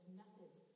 methods